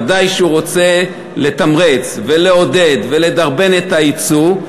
ודאי שהוא רוצה לתמרץ ולעודד ולדרבן את היצוא,